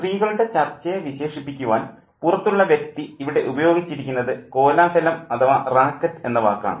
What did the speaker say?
സ്ത്രീകളുടെ ചർച്ചയെ വിശേഷിപ്പിക്കുവാൻ പുറത്തുള്ള വ്യക്തി ഇവിടെ ഉപയോഗിച്ചിരിക്കുന്നത് കോലാഹലം അഥവാ റാക്കറ്റ് എന്ന വാക്കാണ്